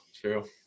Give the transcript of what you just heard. true